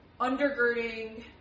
undergirding